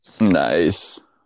Nice